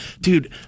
dude